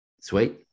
Sweet